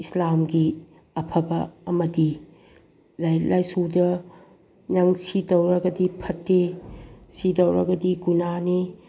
ꯏꯁꯂꯥꯝꯒꯤ ꯑꯐꯕ ꯑꯃꯗꯤ ꯂꯥꯏꯔꯤꯛ ꯂꯥꯏꯁꯨꯗ ꯅꯪ ꯁꯤ ꯇꯧꯔꯒꯗꯤ ꯐꯠꯇꯦ ꯁꯤ ꯇꯧꯔꯒꯗꯤ ꯒꯨꯅꯥꯅꯤ